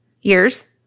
years